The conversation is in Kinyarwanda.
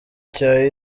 cya